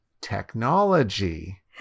technology